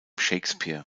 shakespeare